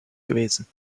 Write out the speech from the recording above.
gewesen